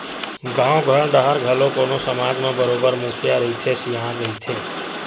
गाँव घर डाहर घलो कोनो समाज म बरोबर मुखिया रहिथे, सियान रहिथे